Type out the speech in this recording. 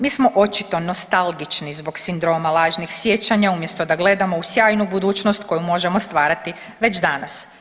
Mi smo očito nostalgični zbog sindroma lažnih sjećanja umjesto da gledamo u sjajnu budućnost koju možemo stvarati već danas.